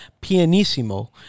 pianissimo